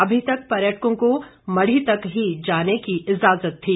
अभी तक पर्यटकों को मढ़ी तक ही जाने की ईजाज़त थी